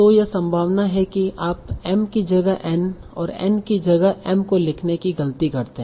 तो यह संभावना है कि आप m कि जगह n ओर n कि जगह m को लिखने की गलती करते हैं